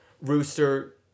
Rooster